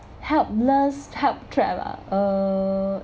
helpless help trapped ah uh